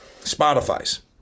Spotify's